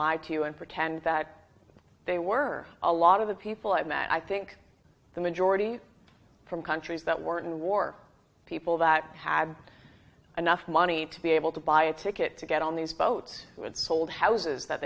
lie to you and pretend that they were a lot of the people i met i think the majority from countries that weren't in war people that had enough money to be able to buy a ticket to get on these boats who would hold houses